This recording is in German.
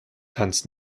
tanzt